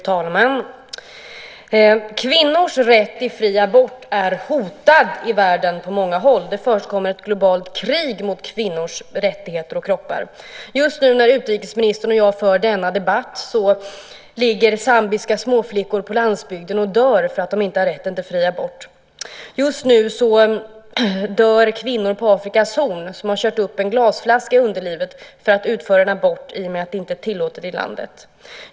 Fru talman! Kvinnors rätt till fri abort är hotad i världen på många håll. Det förekommer ett globalt krig mot kvinnors rättigheter och kroppar. Just nu, när utrikesministern och jag för denna debatt, ligger zambiska småflickor på landsbygden och dör för att de inte har rätten till fri abort. Just nu dör kvinnor på Afrikas horn som har kört upp glasflaskor i underlivet för att utföra aborter i och med att det inte är tillåtet i landet.